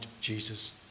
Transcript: Jesus